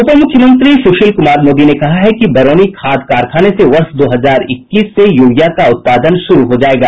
उपमुख्यमंत्री सुशील कुमार मोदी ने कहा है कि बरौनी खाद कारखाने से वर्ष दो हजार इक्कीस से यूरिया का उत्पादन शुरू हो जायेगा